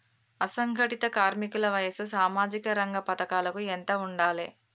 అసంఘటిత కార్మికుల వయసు సామాజిక రంగ పథకాలకు ఎంత ఉండాలే?